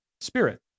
spirit